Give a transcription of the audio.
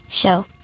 show